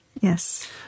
Yes